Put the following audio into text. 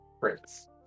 Prince